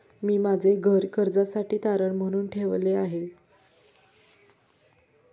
मी माझे घर कर्जासाठी तारण म्हणून ठेवले आहे